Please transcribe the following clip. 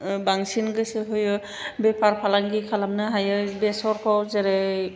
बांसिन गोसो होयो बेफार फालांगि खालामनो हायो बेसरखौ जेरै